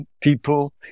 people